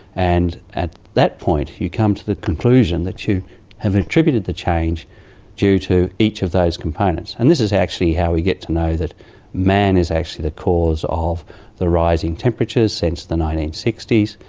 and at that point you come to the conclusion that you have attributed the change due to each of those components. and this is actually how we get to know that man is actually the cause of the rising temperatures since the nineteen sixty s,